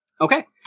Okay